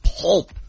pulp